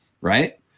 right